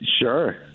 Sure